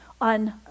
on